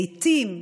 לעיתים,